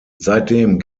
seitdem